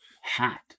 hat